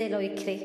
זה לא יקרה.